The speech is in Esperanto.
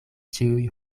ĉiuj